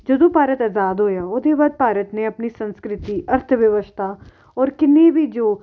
ਜਦੋਂ ਭਾਰਤ ਆਜ਼ਾਦ ਹੋਇਆ ਉਹ ਤੋਂ ਬਾਅਦ ਭਾਰਤ ਨੇ ਆਪਣੀ ਸੰਸਕ੍ਰਿਤੀ ਅਰਥ ਵਿਵਸਥਾ ਔਰ ਕਿੰਨੀ ਵੀ ਜੋ